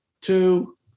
two